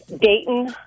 Dayton